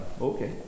Okay